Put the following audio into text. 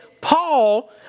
Paul